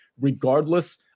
Regardless